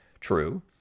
True